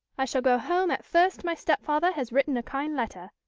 i shall go home at first my stepfather has written a kind letter,